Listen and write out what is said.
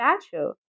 statue